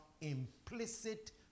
implicit